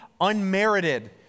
unmerited